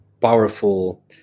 powerful